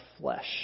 flesh